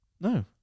No